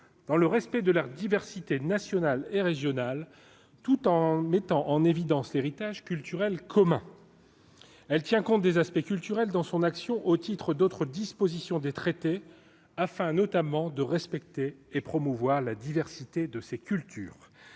dans le respect de leurs diversités nationales et régionales, tout en mettant en évidence l'héritage culturel commun, elle tient compte des aspects culturels dans son action au titre d'autres dispositions des traités afin notamment de respecter et promouvoir la diversité de ces cultures